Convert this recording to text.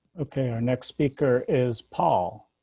okay. our next speaker is paul.